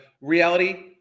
Reality